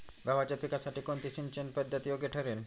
गव्हाच्या पिकासाठी कोणती सिंचन पद्धत योग्य ठरेल?